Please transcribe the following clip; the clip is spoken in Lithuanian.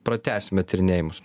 pratęsime tyrinėjimus